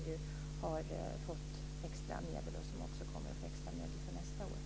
De har fått extra medel, och de kommer att få extra medel också för nästa år.